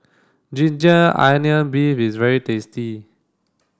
ginger onion beef is very tasty